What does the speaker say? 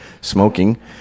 smoking